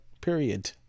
period